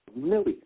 millions